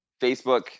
Facebook